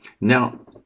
Now